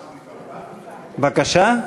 בבקשה.